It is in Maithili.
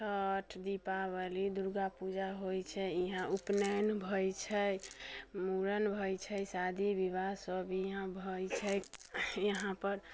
छठ दीपावली दुर्गापूजा होइ छै इहाँ उपनैन भइ छै मुड़न भइ छै शादी बियाह सभ इहाँ भइ छै इहाँपर